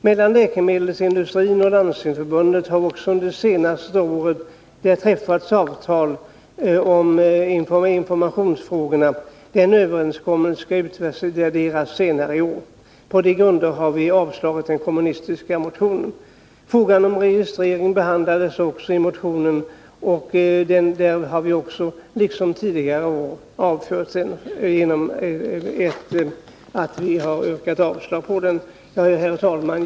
Mellan läkemedelsindustrin och Landstingsförbundet har också under de senaste åren träffats avtal om informationsfrågorna. En överenskommelse skall utvärderas senare i år. På de grunderna har vi avstyrkt den kommunistiska motionen. Också frågan om registrering behandlas i motionen. Den delen har vi liksom tidigare i år avfört genom att yrka avslag. Herr talman!